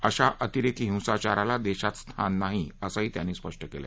अशा अतिरेकी हिसांचाराला देशात स्थान नाही असंही त्यांनी स्पष्ट केलं